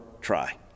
try